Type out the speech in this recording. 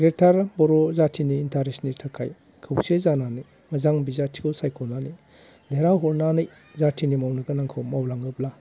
ग्रेटार बर' जाथिनि इन्ट्रेस्टनि थाखाय खौसे जानानै मोजां बिजाथिखौ सायख'नानै देरहा हरनानै जाथिनि मावनो गोनांखौ मावलाङोब्ला